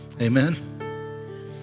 Amen